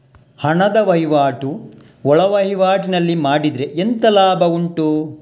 ಹಣದ ವಹಿವಾಟು ಒಳವಹಿವಾಟಿನಲ್ಲಿ ಮಾಡಿದ್ರೆ ಎಂತ ಲಾಭ ಉಂಟು?